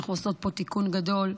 אנחנו עושות פה תיקון גדול,